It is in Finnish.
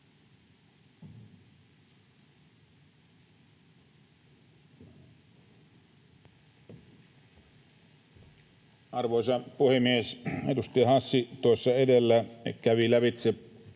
Arvoisa puhemies! Edustaja Hassi tuossa edellä kävi lävitse